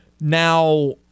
Now